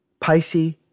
Pisces